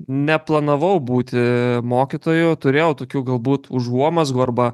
neplanavau būti mokytoju turėjau tokių galbūt užuomazgų arba